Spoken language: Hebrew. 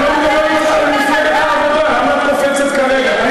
אני לא מדבר עם מפלגת העבודה, למה את קופצת כרגע?